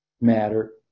matter